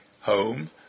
home